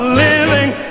living